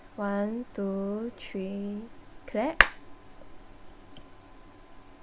one two three clap